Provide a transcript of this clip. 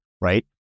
Right